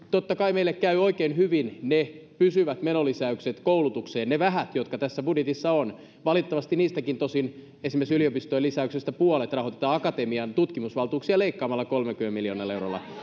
totta kai meille käyvät oikein hyvin ne vähät pysyvät menolisäykset koulutukseen jotka tässä budjetissa ovat valitettavasti tosin esimerkiksi yliopistojen lisäyksistä puolet rahoitetaan leikkaamalla akatemian tutkimusvaltuuksia kolmellakymmenellä miljoonalla eurolla